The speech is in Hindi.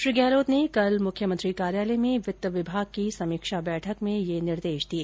श्री गहलोत ने कल मुख्यमंत्री कार्यालय में वित्त विभाग की समीक्षा बैठक में यह निर्देश दिए